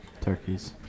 Turkeys